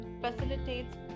Facilitates